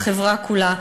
בחברה כולה,